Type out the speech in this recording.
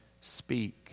speak